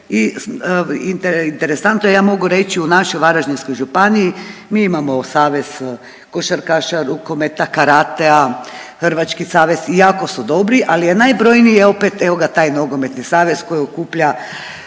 interesantno je ja mogu reći u našoj Varaždinskoj županiji mi imamo savez košarkaša, rukometa, karatea, hrvački savez i jako su dobri, ali je najbrojniji opet evo ga taj nogometni savez koji okuplja